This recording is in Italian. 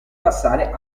passare